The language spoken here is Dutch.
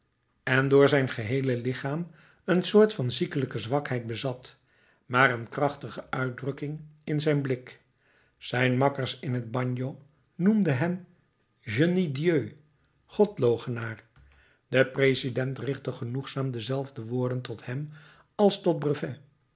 en door zijn geheele lichaam een soort van ziekelijke zwakheid bezat maar een krachtige uitdrukking in zijn blik zijn makkers in t bagno noemden hem je nie dieu godloochenaar de president richtte genoegzaam dezelfde woorden tot hem als tot brevet